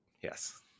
Yes